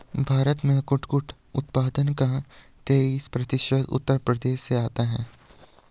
भारत में कुटकुट उत्पादन का तेईस प्रतिशत उत्तर प्रदेश से आता है